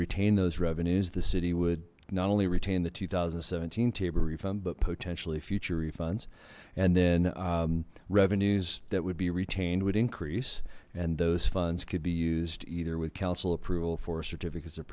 retain those revenues the city would not only retain the two thousand and seventeen tabor refund but potentially future refunds and then revenues that would be retained would increase and those funds could be used either with council approval for certificates of